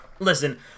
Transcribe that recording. Listen